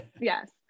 Yes